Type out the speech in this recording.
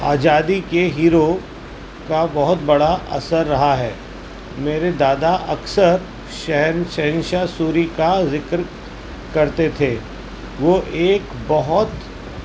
آزادی کے ہیرو کا بہت بڑا اثر رہا ہے میرے دادا اکثر شہنشاہ سوری کا ذکر کرتے تھے وہ ایک بہت